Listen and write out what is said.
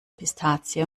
pistazie